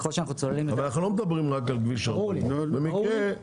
ככל שאנחנו צוללים --- אבל אנחנו לא מדברים רק על כביש 40. ברור לי,